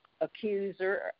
accuser